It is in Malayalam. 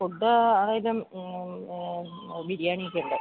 ഫുഡ് അതായത് ബിരിയാണിയൊക്കെയുണ്ട്